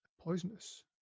poisonous